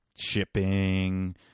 shipping